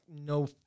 no